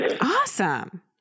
Awesome